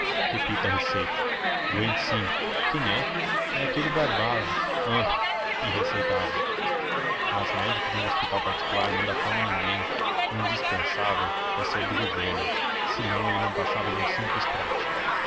repita a receita doente quem é é aquele barbado ahn e receitava mas médico de um hospital particular não dá fama a ninguém o indispensável é ser do governo senão ele não passava de um simples prático